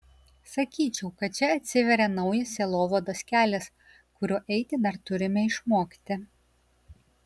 sakyčiau kad čia atsiveria naujas sielovados kelias kuriuo eiti dar turime išmokti